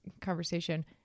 conversation